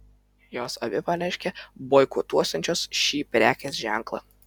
jos abi pareiškė boikotuosiančios šį prekės ženklą